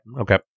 Okay